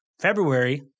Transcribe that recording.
February